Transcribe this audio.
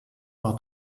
war